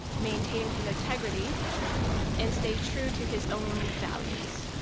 maintained an integrity and stayed true to his own values.